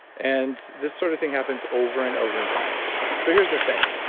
and this sort of thing happens over and over in science so here's the thing,